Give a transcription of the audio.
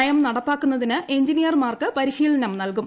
നയം നടപ്പാക്കുന്നതിന് എഞ്ചിനീയർമാർക്ക് പരിശീലനം നൽകും